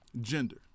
gender